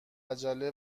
عجله